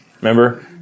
remember